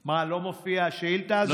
מה, לא מופיעה השאילתה הזו?